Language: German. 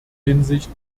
hinsicht